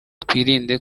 twirinde